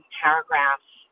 paragraphs